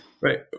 right